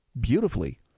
beautifully